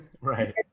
Right